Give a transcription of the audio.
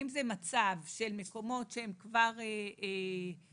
אם זה מצב של מקומות שהם כבר קיימים,